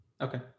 okay